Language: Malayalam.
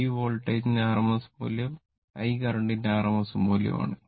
V വോൾട്ടേജിന്റെ rms മൂല്യം i കറന്റിന്റെ rms മൂല്യമാണ്